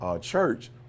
church